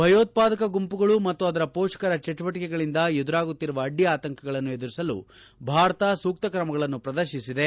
ಭಯೋತ್ಪಾದಕ ಗುಂಪುಗಳ ಮತ್ತು ಅದರ ಪೋಷಕರ ಚಟುವಟಿಗಳಿಂದ ಎದುರಾಗುತ್ತಿರುವ ಅಡ್ಡಿ ಆತಂಕಗಳನ್ನು ಎದುರಿಸಲು ಭಾರತ ಸೂಕ್ತ ಕ್ರಮಗಳನ್ನು ಪ್ರದರ್ಶಿಸಿದೆ